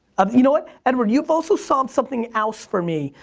um you know what, edward, you've also solved something else for me,